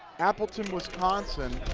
appleton, wisconsin.